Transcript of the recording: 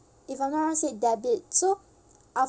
if I'm not wrong said debit so af~